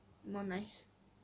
not nice